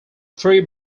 three